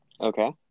Okay